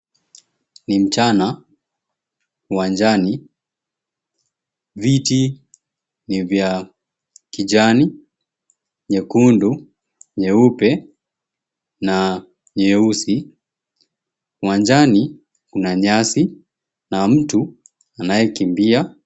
Ni mchana uwanjani. Viti ni vya kijani, nyekundu, nyeupe, na nyeusi. Uwanjani kuna nyasi na mtu anayekimbia.